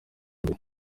mbere